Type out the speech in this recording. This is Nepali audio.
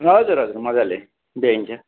हजुर हजुर मज्जाले भ्याइन्छ